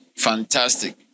fantastic